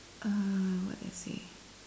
uh what did I say